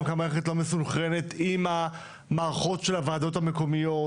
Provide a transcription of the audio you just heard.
גם כי המערכת לא מסונכרנת עם המערכות של הוועדות המקומיות,